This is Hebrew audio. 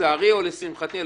לצערי או לשמחתי,